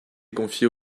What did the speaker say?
confiée